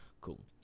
Cool